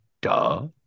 duh